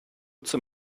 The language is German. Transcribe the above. zum